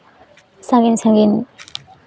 ᱥᱟᱺᱜᱤᱧ ᱥᱟᱺᱜᱤᱧ